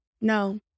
No